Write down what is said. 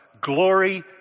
Glory